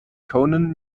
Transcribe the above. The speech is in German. conan